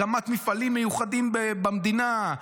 הקמת מפעלים מיוחדים במדינה,